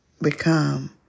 become